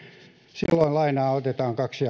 silloin lainaa otetaan kaksi